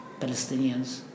Palestinians